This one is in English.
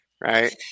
Right